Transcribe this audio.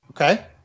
Okay